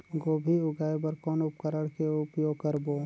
गोभी जगाय बर कौन उपकरण के उपयोग करबो?